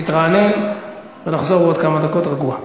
להתרענן ולחזור בעוד כמה דקות רגוע.